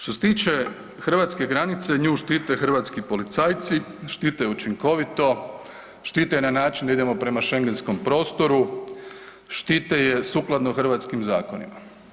Što se tiče hrvatske granice nju štite hrvatski policajci, štite ju učinkovito, štite je na način da idemo prema šengenskom prostoru, štite je sukladno hrvatskim zakonima.